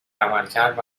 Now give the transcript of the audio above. عملکرد